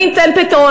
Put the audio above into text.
אני אתן פתרון.